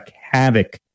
havoc